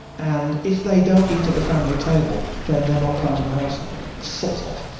and if they don't eat at the family table then they're not part of the household. sort of.